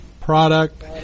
product